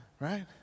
right